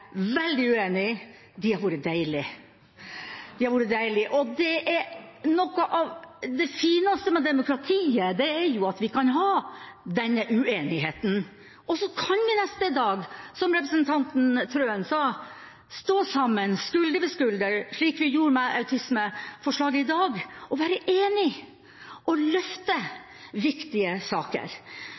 veldig uenige, har vært deilige! Noe av det fineste med demokratiet er jo at vi kan ha denne uenigheten, og så kan vi neste dag, som representanten Wilhelmsen Trøen sa, stå sammen, skulder ved skulder, slik vi gjorde med autismeforslaget i dag, og være enige og løfte viktige saker.